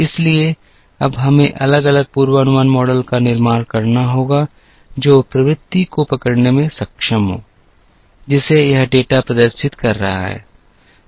इसलिए अब हमें अलग अलग पूर्वानुमान मॉडल का निर्माण करना होगा जो प्रवृत्ति को पकड़ने में सक्षम हों जिसे यह डेटा प्रदर्शित कर रहा है